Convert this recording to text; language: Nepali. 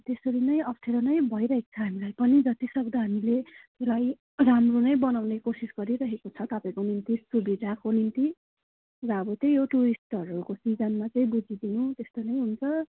त्यसरी नै अप्ठ्यारो नै भइरहेको छ हामीलाई पनि जतिसक्दो हामीले आफूलाई राम्रो नै बनाउने कोसिस गरिरहेको छ तपाईँहरूको निम्ति सुविधाको निम्ति र अब त्यही हो टुरिस्टहरूको सिजनमा चाहिँ बुझिदिनु त्यस्तो नै हुन्छ